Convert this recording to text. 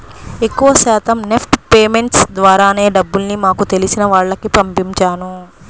ఎక్కువ శాతం NEFT payments ద్వారానే డబ్బుల్ని మాకు తెలిసిన వాళ్లకి పంపించాను